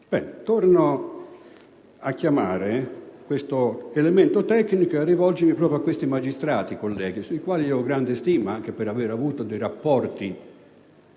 torno a richiamare questo elemento tecnico ed a rivolgermi proprio a questi magistrati, colleghi per i quali ho grande stima anche per aver avuto con loro